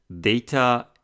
data